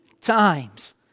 times